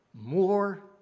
more